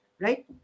right